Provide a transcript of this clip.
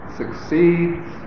succeeds